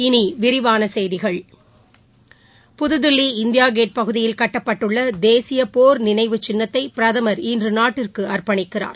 இனி விரிவான செய்திகள் புது தில்லி இந்தியா கேட் பகுதியில் கட்டப்பட்டுள்ள தேசிய போர் நினைவு சின்னத்தை பிரதமா் இன்று நாட்டிற்கு அர்பணிக்கிறார்